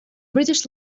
british